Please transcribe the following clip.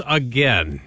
again